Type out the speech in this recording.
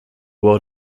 world